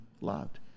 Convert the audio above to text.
loved